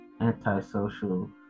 antisocial